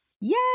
Yay